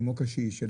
כמו קשיש,